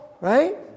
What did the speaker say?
right